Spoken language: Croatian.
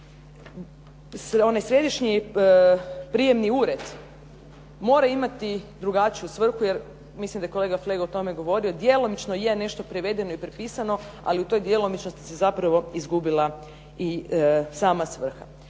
onaj središnji prijemni ured mora imati drugačiju svrhu jer, mislim da je kolega Flego o tome govorio, djelomično je nešto prevedeno i prepisano, ali u toj djelomičnosti se zapravo izgubila i sama svrha.